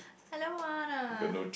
I don't want ah